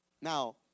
Now